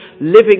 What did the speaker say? living